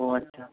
ᱳ ᱟᱪᱪᱷᱟ